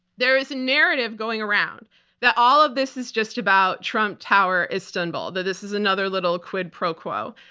there is a narrative going around that all of this is just about trump tower istanbul, that this is another little quid pro quo.